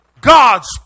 God's